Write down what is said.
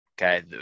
Okay